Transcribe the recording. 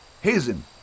Hazen